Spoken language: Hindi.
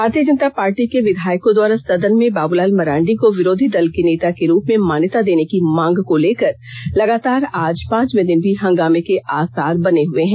भारतीय जनता पार्टी के विधायकों द्वारा सदन में बाबूलाल मरांडी को विरोधी दल के नेता के रूप में मान्यता देने की मांग को लेकर लगातार आज पांचवे दिन भी हंगामे के आसार बने हये हैं